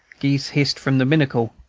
geese hissed from the binnacle,